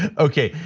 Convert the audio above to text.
okay,